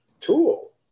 tool